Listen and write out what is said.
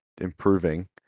improving